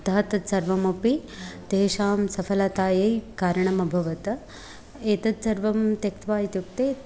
अतः तत्सर्वमपि तेषां सफलतायै कारणम् अभवत् एतत् सर्वं त्यक्त्वा इत्युक्ते